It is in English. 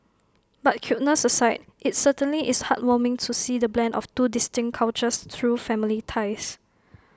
but cuteness aside IT certainly is heartwarming to see the blend of two distinct cultures through family ties